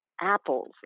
apples